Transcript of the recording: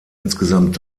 insgesamt